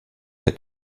der